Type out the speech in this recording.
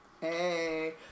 hey